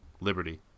Liberty